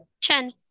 Chen